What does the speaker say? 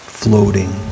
floating